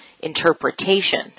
interpretation